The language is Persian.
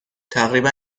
تقریبا